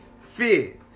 fear